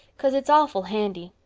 cause it's awful handy,